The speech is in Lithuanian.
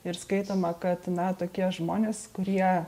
ir skaitoma kad na tokie žmonės kurie